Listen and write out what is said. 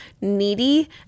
needy